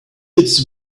its